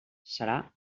serà